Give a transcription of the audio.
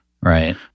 Right